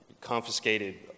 confiscated